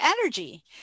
energy